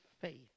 faith